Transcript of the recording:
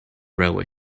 railway